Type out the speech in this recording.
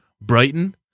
Brighton